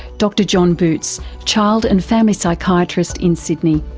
dr john boots, child and family psychiatrist in sydney.